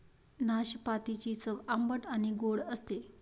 नाशपातीची चव आंबट आणि गोड असते